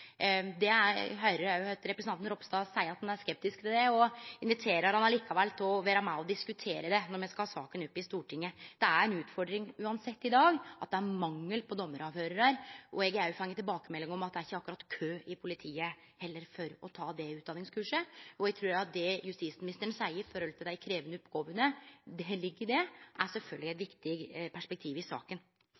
Det høyrer eg representanten Ropstad seie han er skeptisk til. Eg inviterer han likevel til å vere med og diskutere det når me skal ha saka opp i Stortinget. Det er uansett ei utfordring i dag at det er mangel på dommaravhøyrarar. Eg har òg fått tilbakemelding om at det er ikkje akkurat kø i politiet heller, for å ta det utdanningskurset. Og eg trur at det justisministeren seier med omsyn til dei krevjande oppgåvene, og kva som ligg i det, sjølvsagt er eit viktig perspektiv i saka.